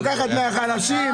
לוקחת מהחלשים,